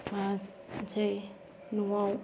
मानोसै नआव